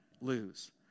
lose